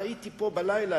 ראיתי פה בלילה,